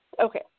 Okay